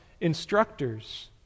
instructors